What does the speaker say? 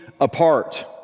apart